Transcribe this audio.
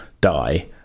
die